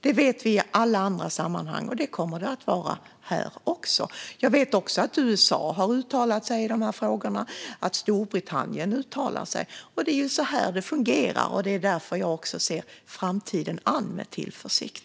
Det vet vi att det är i alla andra sammanhang, och det kommer det att vara här också. Jag vet också att USA har uttalat sig i de här frågorna och att Storbritannien uttalat sig. Det är så det fungerar. Det är också därför som jag ser framtiden an med tillförsikt.